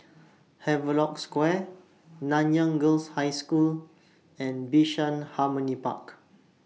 Havelock Square Nanyang Girls' High School and Bishan Harmony Park